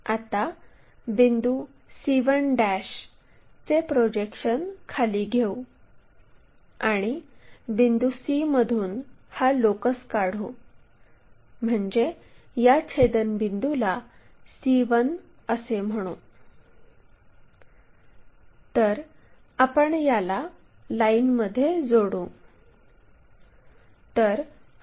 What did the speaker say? आता बिंदू c1 चे प्रोजेक्शन खाली घेऊ आणि बिंदू c मधून हा लोकस काढू म्हणजे या छेदनबिंदूला c1 असे म्हणू तर आपण याला लाईनमध्ये जोडू